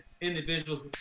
individuals